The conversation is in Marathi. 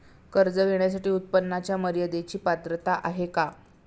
कर्ज घेण्यासाठी उत्पन्नाच्या मर्यदेची पात्रता आहे का?